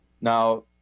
Now